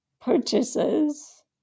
purchases